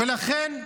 ולכן,